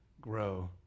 grow